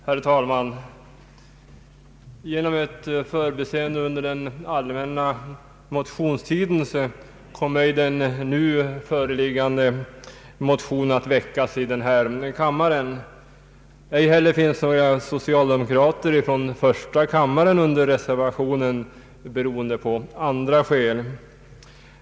Herr talman! Genom ett förbiseende under den allmänna motionstiden kom ej den nu föreliggande motionen att väckas i denna kammare. Ej heller har några socialdemokrater från första kammaren undertecknat reservationen, beroende på andra omständigheter.